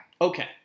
Okay